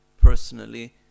personally